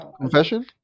confession